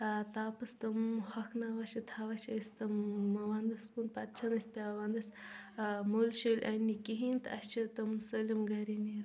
ٲں تاپس تِم ہۄکھناوان چھِ تھاوان چھِ أسۍ تِم ونٛدس کُن پتہِ چھَنہٕ اسہِ پیٚوان ونٛدس ٲں مٔلۍ شٔلۍ اننہِ کہیٖنۍ تہِ اسہِ چھِ تِم سٲلِم گرے نیران